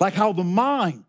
like how the mind